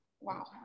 Wow